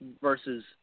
versus